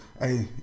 Hey